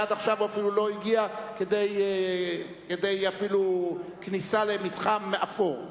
עד עכשיו הוא לא הגיע כדי אפילו כניסה למתחם אפור.